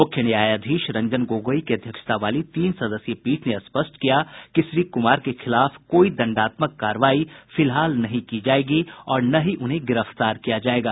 मुख्य न्यायाधीश रंजन गोगोई की अध्यक्षता वाली तीन सदस्यीय पीठ ने स्पष्ट किया कि श्री कुमार के खिलाफ कोई दंडात्मक कार्रवाई फिलहाल नहीं की जाएगी और न ही उन्हें गिरफ्तार किया जायेगा